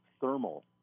thermal